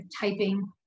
typing